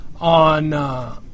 on